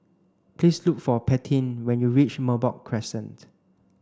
please look for Paityn when you reach Merbok Crescent